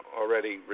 already